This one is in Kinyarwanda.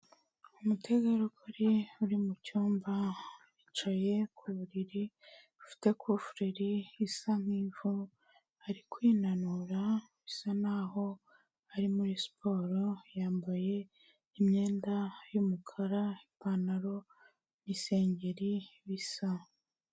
Umutegarugori uri mu cyumba yicaye ku buriri bufite kuvureri isa nk'ivu, ari kwinanura bisa n'aho ari muri siporo, yambaye imyenda y'umukara, ipantaro n'isengeri bisa.